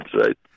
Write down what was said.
right